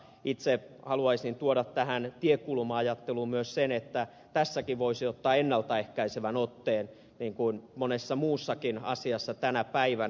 itse haluaisin tuoda tähän tiekuluma ajatteluun myös sen että tässäkin voisi ottaa ennalta ehkäisevän otteen niin kuin monessa muussakin asiassa tänä päivänä